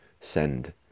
send